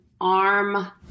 arm